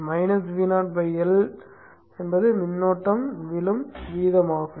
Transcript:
Vo L என்பது மின்னோட்டம் விழும் வீதமாகும்